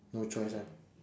no choice lah